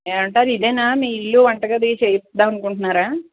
ఏమంటారు ఇదేనా మీ ఇల్లు వంటగది చేయిద్దాం అనుకుంటున్నారా